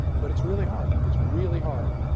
but it's really hard. it's really hard.